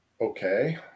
okay